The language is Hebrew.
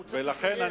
לכן,